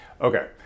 Okay